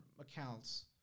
accounts